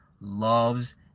loves